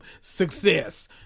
success